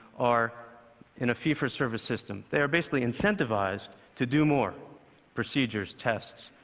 are in a fee-for-service system. they are basically incentivized to do more procedures, tests,